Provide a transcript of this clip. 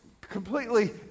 completely